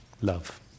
love